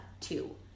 two